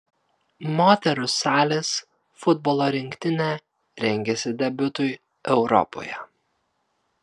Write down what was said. moterų salės futbolo rinktinė rengiasi debiutui europoje